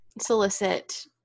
solicit